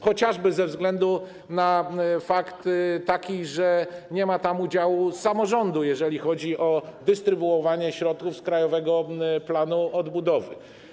Chociażby ze względu na fakt, że nie ma tam udziału samorządu, jeżeli chodzi o dystrybuowanie środków z Krajowego Planu Odbudowy.